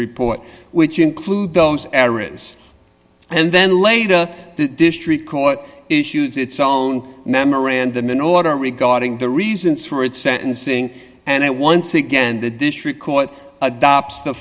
report which include those areas and then later the district court issues its own memorandum in order regarding the reasons for its sentencing and that once again the district court adopts the